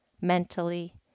mentally